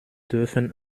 dürfen